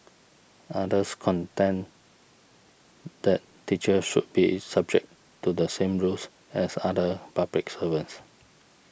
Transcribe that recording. others contend that teachers should be subject to the same rules as other public servants